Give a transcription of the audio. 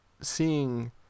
seeing